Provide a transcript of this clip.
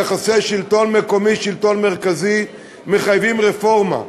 יחסי השלטון המקומי והשלטון המרכזי מחייבים רפורמה.